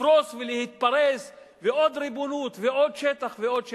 לפרוס ולהתפרס, ועוד ריבונות, ועוד שטח, ועוד שטח.